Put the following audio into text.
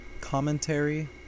Commentary